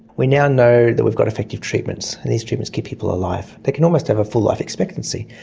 we now know that we've got effective treatments and these treatments keep people alive. they can almost have a full life expectancy.